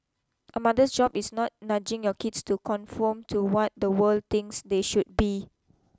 a mother's job is not nudging your kids to conform to what the world thinks they should be